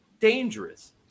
dangerous